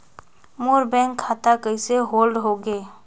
मोर bank खाता कइसे hold होगे?